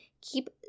keep